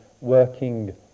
working